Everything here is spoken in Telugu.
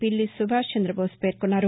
పిల్లి సుభాష్ చందబోస్ పేర్కొన్నారు